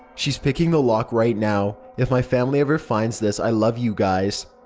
she's picking the lock right now. if my family ever finds this, i love you guys.